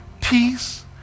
Peace